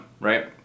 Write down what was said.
right